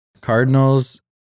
Cardinals